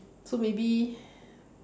so maybe